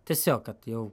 tiesiog kad jau